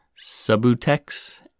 Subutex